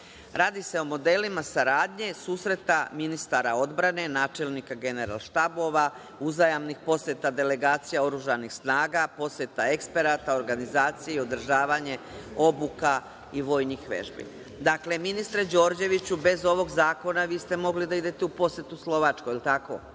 Radi se o modelima saradnje susreta ministara odbrane, načelnika generalštabova, uzajamnih poseta delegacija oružanih snaga, poseta eksperata, organizacija i održavanja obuka i vojnih vežbi. Dakle, ministre Đorđeviću, bez ovog zakona vi ste mogli da idete u posetu Slovačkoj, jel tako.